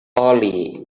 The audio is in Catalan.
oli